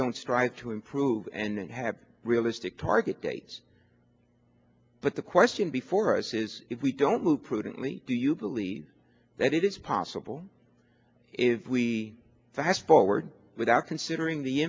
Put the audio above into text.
don't strive to improve and have a realistic target date but the question before us is if we don't move prudently do you believe that it is possible if we fast forward without considering the